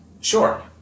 Sure